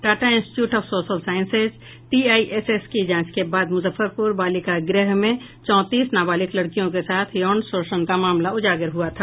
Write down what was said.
Tata institute of social sciences TISS की जांच के बाद मुजफ्फरपुर बालिका गृह में चौतीस नाबालिक लड़कियों के साथ यौन शोषण का मामला उजागर हुआ था